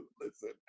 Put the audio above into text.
listen